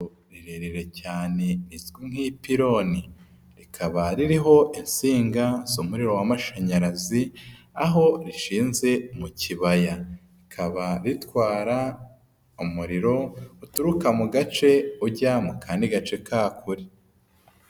Rirerire cyane nk'ipironi rikaba ririho insinga z'umuriro w'amashanyarazi, aho rishinze mu kibaya rikaba ritwara umuriro uturuka mu gace ujya mu kandi gace ka kure.